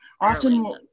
often